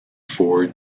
four